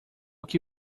que